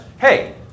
hey